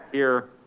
here.